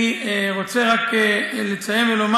אני רוצה לסיים ולומר